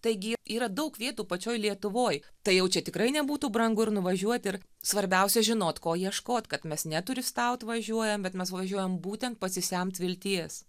taigi yra daug vietų pačioj lietuvoj tai jau čia tikrai nebūtų brangu ir nuvažiuot ir svarbiausia žinot ko ieškot kad mes ne turistaut važiuojam bet mes važiuojam būtent pasisemt vilties